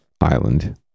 island